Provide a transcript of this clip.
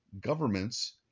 governments